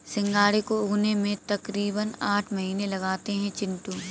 सिंघाड़े को उगने में तकरीबन आठ महीने लगते हैं चिंटू